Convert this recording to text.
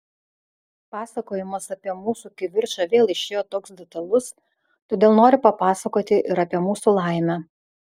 pasakojimas apie mūsų kivirčą vėl išėjo toks detalus todėl noriu papasakoti ir apie mūsų laimę